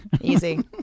Easy